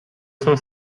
son